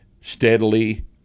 steadily